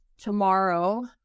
tomorrow